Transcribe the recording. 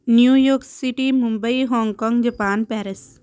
New York City Mumbai Hong Kong Japan Paris